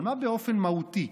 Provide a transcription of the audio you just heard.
אבל מה באופן מהותי?